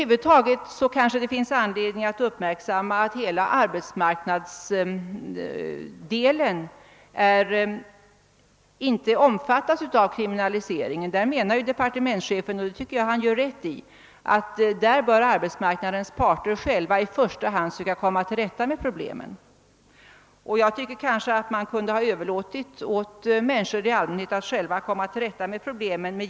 huvud taget finns det kanske anledning att uppmärksamma förhållandena på arbetsmarknaden, som inte omfattas av kriminaliseringen. Departementschefen menar — och där tycker jag han har rätt — att arbetsmarknadens parter i första hand själva bör söka komma till rätta med problemet.